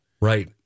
Right